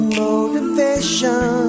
motivation